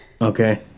Okay